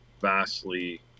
vastly